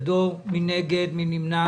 כפי שהקריאה אותו היועצת המשפטית?